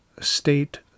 state